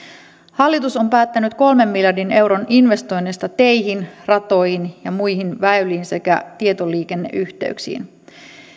hallitus on päättänyt kolmen miljardin euron investoinneista teihin ratoihin ja muihin väyliin sekä tietoliikenneyhteyksiin